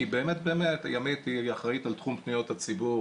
אלא כי באמת ימית היא אחראית על תחום פניות הציבור